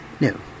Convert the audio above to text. No